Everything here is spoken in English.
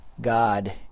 God